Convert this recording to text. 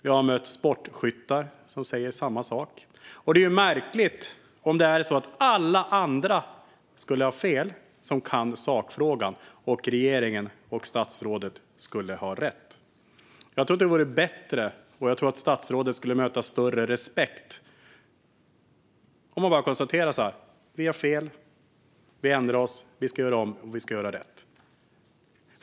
Jag har mött sportskyttar som säger samma sak. Det vore märkligt om det skulle vara så att alla andra, de som kan sakfrågan, skulle ha fel och regeringen och statsrådet skulle ha rätt. Jag tror att det vore bättre, och jag tror att statsrådet skulle möta större respekt, om han bara konstaterade: Vi har fel. Vi ändrar oss. Vi ska göra om, och vi ska göra rätt.